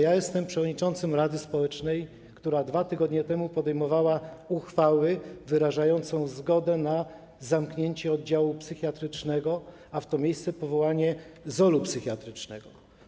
Jestem przewodniczącym rady społecznej, która 2 tygodnie temu podejmowała uchwałę wyrażającą zgodę na zamknięcie oddziału psychiatrycznego i powołanie w to miejsce ZOL-u psychiatrycznego.